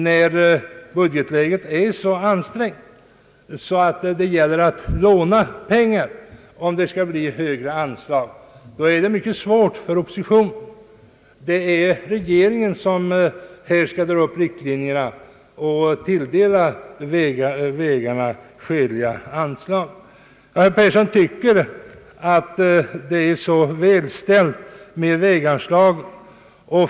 När budgetläget är så ansträngt att man måste låna pengar om det skall bli högre anslag, då är det mycket svårt för oppositionen. Det är regeringen som skall dra upp riktlinjerna och tilldela vägarna skäliga anslag. Herr Persson tycker att det är väl ställt med väganslagen.